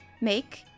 make